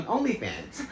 OnlyFans